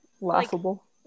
laughable